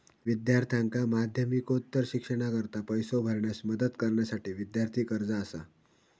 विद्यार्थ्यांका माध्यमिकोत्तर शिक्षणाकरता पैसो भरण्यास मदत करण्यासाठी विद्यार्थी कर्जा असा